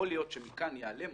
יכול להיות שמכאן יעלה משהו,